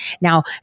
Now